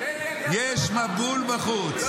יש מבול בחוץ,